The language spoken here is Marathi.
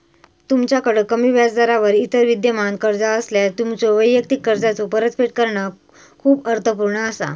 तुमच्याकड कमी व्याजदरावर इतर विद्यमान कर्जा असल्यास, तुमच्यो वैयक्तिक कर्जाचो परतफेड करणा खूप अर्थपूर्ण असा